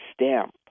stamp